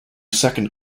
second